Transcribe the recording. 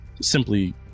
simply